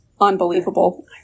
unbelievable